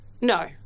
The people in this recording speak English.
no